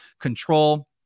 Control